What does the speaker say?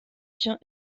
tient